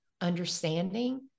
understanding